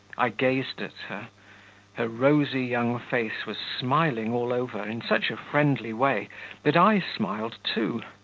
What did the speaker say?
i gazed at her her rosy young face was smiling all over in such a friendly way that i smiled too,